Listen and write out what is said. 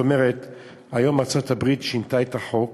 היום ארצות-הברית שינתה את החוק